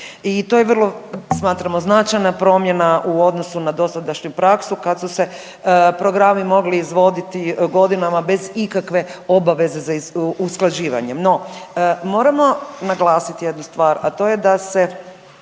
i to je vrlo smatramo značajna promjena u odnosu na dosadašnju praksu kad su se programi mogli izvoditi godinama bez ikakve obaveze za usklađivanjem. No, moramo naglasiti jednu stvar, a to je da se